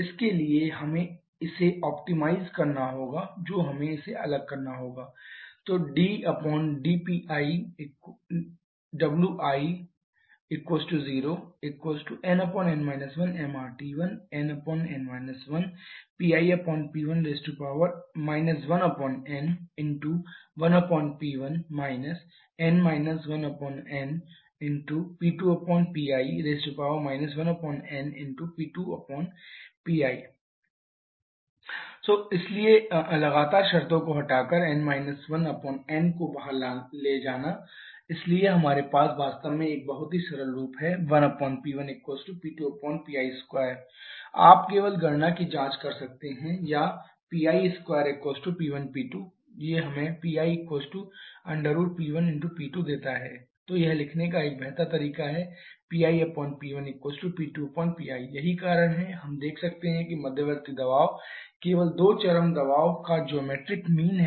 इसके लिए हमें इसे ऑप्टिमाइज़ करना होगा जो हमें इसे अलग करना होगा ddPiẇi0nn 1mRT1nn 1PlP1 1n1P1 n 1nP2Pl 1nP2Pl2 इसलिए लगातार शर्तों को हटाकर और n - 1n को बाहर ले जाना इसलिए हमारे पास वास्तव में एक बहुत ही सरल रूप है 1P1P2Pl2 आप केवल गणना की जांच कर सकते हैं या Pl2P1P2 देता है PlP1P2 तो यह लिखने का एक बेहतर तरीका है PlP1P2Pl यही कारण है कि हम देख सकते हैं कि मध्यवर्ती दबाव केवल दो चरम दबाव का ज्योमैट्रिक मीन है